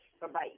Bye-bye